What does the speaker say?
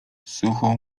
sucho